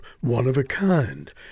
one-of-a-kind